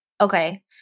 Okay